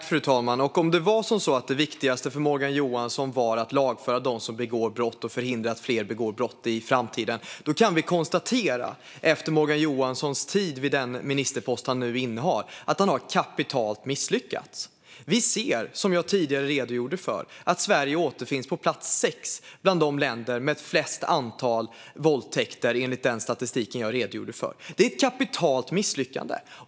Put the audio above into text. Fru talman! Om det var så att det viktigaste för Morgan Johansson var att lagföra dem som begår brott och förhindra att fler begår brott i framtiden kan vi konstatera efter Morgan Johanssons tid vid den ministerpost han innehar att han har misslyckats kapitalt. Vi ser, som jag tidigare har redogjort för, att Sverige återfinns på plats sex i statistiken bland de länder som har flest antal våldtäkter. Det är ett kapitalt misslyckande.